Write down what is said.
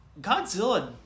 Godzilla